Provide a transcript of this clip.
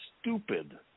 stupid